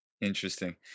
Interesting